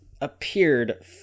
appeared